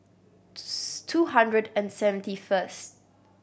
two hundred and seventy first